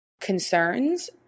concerns